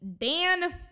Dan